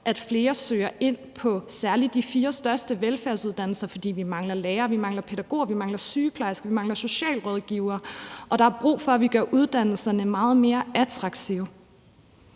at flere søger ind på særlig de fire største velfærdsuddannelser, for vi mangler lærere, vi mangler pædagoger, vi mangler sygeplejersker, og vi mangler socialrådgivere, og der er brug for, at vi gør uddannelserne meget mere attraktive.